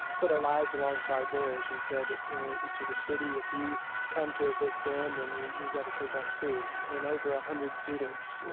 put our lives alongside theirs and said to the city, if you come to evict them, then you you got to take us, too and over one ah hundred students, wow,